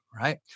right